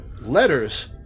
letters